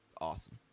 awesome